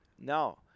Now